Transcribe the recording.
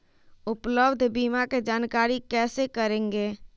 उपलब्ध बीमा के जानकारी कैसे करेगे?